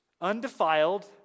Undefiled